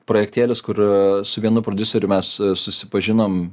projektėlis kur su vienu prodiuseriu mes susipažinom